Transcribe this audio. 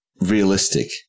realistic